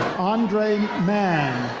andre mann.